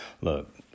Look